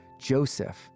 Joseph